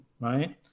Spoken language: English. right